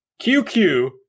QQ